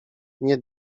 nie